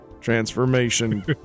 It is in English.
transformation